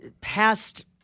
past